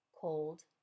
cold